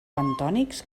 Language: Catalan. bentònics